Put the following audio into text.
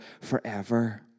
forever